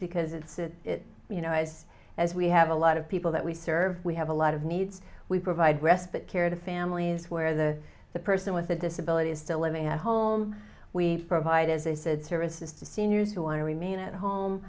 because it's a you know eyes as we have a lot of people that we serve we have a lot of needs we provide respite care to families where the person with a disability is still living at home we provide as they said services to seniors who want to remain at home